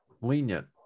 lenient